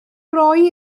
roi